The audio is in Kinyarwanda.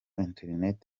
internet